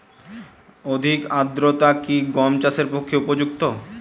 অধিক আর্দ্রতা কি গম চাষের পক্ষে উপযুক্ত?